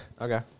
Okay